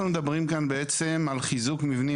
אנחנו מדברים כאן בעצם על חיזוק מבנים